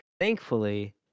Thankfully